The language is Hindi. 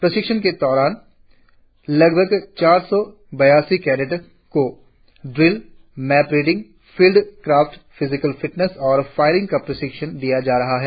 प्रशिक्षण के दौरान लगभग चार सौ बयासी कैडेट्स को drill map reading field craft physical fitness और फायरिंग की प्रशिक्षण दी जा रही है